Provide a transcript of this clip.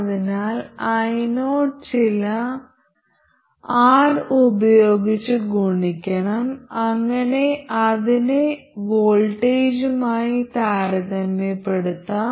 അതിനാൽ io ചില R ഉപയോഗിച്ച് ഗുണിക്കണം അങ്ങനെ അതിനെ വോൾട്ടേജുമായി താരതമ്യപ്പെടുത്താം